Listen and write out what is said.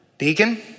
deacon